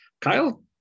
Kyle